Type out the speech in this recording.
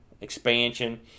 expansion